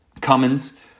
Cummins